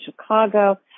Chicago